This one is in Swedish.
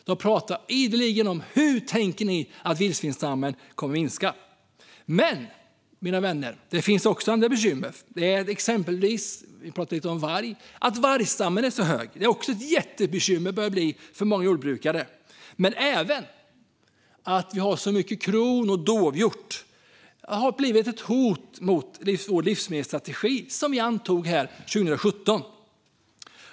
De frågar ideligen hur vi tänker oss att vildsvinsstammen ska kunna minska. Men, mina vänner, det finns också andra bekymmer. Ett bekymmer är att vargstammen är så stor. Det börjar bli ett jättebekymmer för många jordbrukare. Men ett annat bekymmer är att vi också har så mycket kron och dovhjort. Det har blivit ett hot mot vår livsmedelsstrategi som vi antog här 2017.